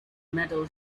metal